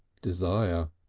desire,